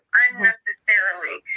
unnecessarily